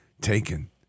taken